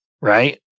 right